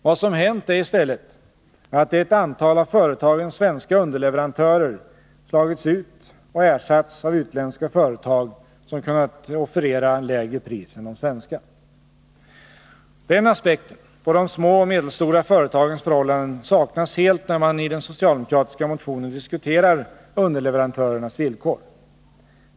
Vad som hänt är i stället att ett antal av företagens svenska underleverantörer slagits ut och ersatts av utländska företag som kunnat offerera lägre pris än de svenska. Den aspekten på de små och medelstora företagens förhållanden saknas helt när man i den socialdemokratiska motionen diskuterar underleverantörernas villkor.